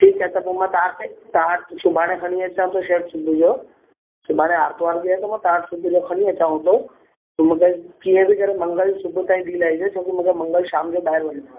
ठीकु आहे पोइ मां तव्हांखे तव्हां वटि सुभाणे खणी अचां थो शर्ट सुबुह जो सुभाणे आर्तवार बि आहे त मां तव्हां वटि सुबुह जो खणी अचांव थो पोइ मूंखे कीअं बि करे मंगल सुबुह ताईं ॾी लाइजो छोकी मूंखे मंगल शाम जो ॿाहिरि वञिणो आहे